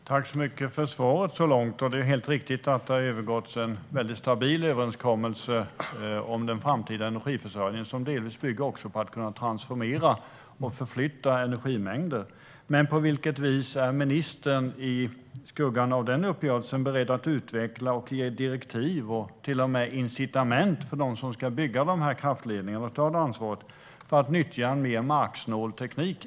Herr talman! Tack så mycket för svaret så långt! Det är helt riktigt så att det har ingåtts en stabil överenskommelse om den framtida energiförsörjningen som delvis bygger på att man ska kunna transformera och förflytta energimängder. Men på vilket vis är ministern i skuggan av denna uppgörelse beredd att utveckla och ge direktiv, och till och med incitament, för dem som ska bygga kraftledningarna att ta ansvaret för att nyttja en mer marksnål teknik?